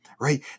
right